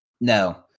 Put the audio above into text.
no